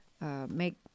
make